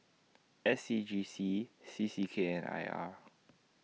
S C G C C C K and I R